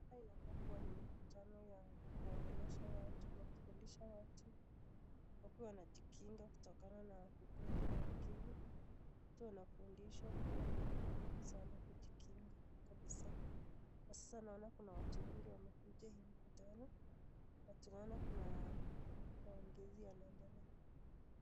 Hapa inakaa kuwa mkutano wa kuongelesha watu na kufunza watu wakue wanajikinga kutokana na ugonjwa wa ukimwi. Watu wanafundishwa kuwa ni muhimu sana kujikinga kabisa. Na sasa naona kuna watu wengi wamekuja ili kutoona, na tunaona kuna maongezi yanayoendelea.